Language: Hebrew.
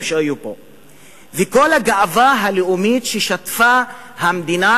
וכל הגאווה הלאומית ששטפה את המדינה,